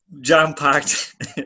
jam-packed